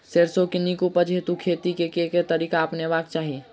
सैरसो केँ नीक उपज हेतु खेती केँ केँ तरीका अपनेबाक चाहि?